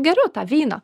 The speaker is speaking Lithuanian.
geriu tą vyną